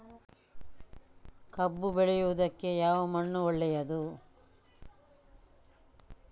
ಕಬ್ಬು ಬೆಳೆಯುವುದಕ್ಕೆ ಯಾವ ಮಣ್ಣು ಒಳ್ಳೆಯದು?